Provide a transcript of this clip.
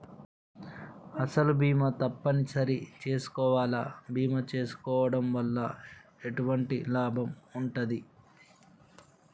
అసలు బీమా తప్పని సరి చేసుకోవాలా? బీమా చేసుకోవడం వల్ల ఎటువంటి లాభం ఉంటది?